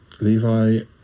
Levi